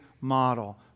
model